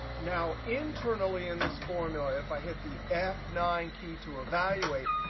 now internally in this formula, if i hit the f nine key to evaluate,